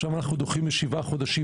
עכשיו אנחנו דוחים לשבעה חודשים,